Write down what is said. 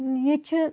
یہِ چھِ